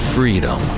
Freedom